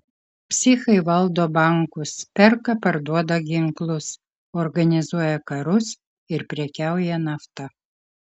psichai valdo bankus perka parduoda ginklus organizuoja karus ir prekiauja nafta